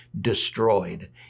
destroyed